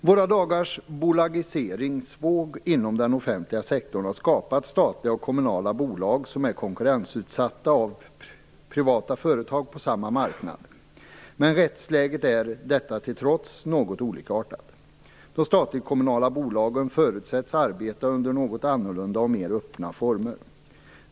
Våra dagars bolagiseringsvåg inom den offentliga sektorn har skapat statliga och kommunala bolag som är konkurrensutsatta av privata företag på samma marknad. Men rättsläget är, detta till trots, något olikartat. De statliga och de kommunala bolagen förutsätts arbeta under något annorlunda och mer öppna former.